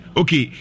okay